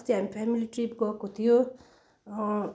अस्ति हामी family trip गएको थियौँ